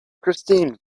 christine